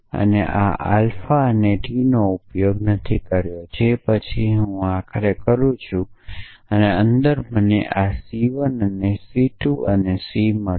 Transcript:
તેથી હું આઆલ્ફા અને આ Tનો ઉપયોગ નથી કરતો અને પછી જ્યારે હું આને આખરે કરું છું અંદર જે મને આ C 1 અને C 2 અને Ck મળશે